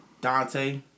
Dante